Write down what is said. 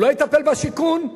הוא לא יטפל בשיכון?